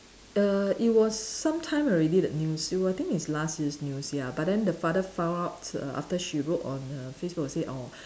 err it was some time already that news it was I think it's last year's news ya but then the father found out err after she wrote on her Facebook and said oh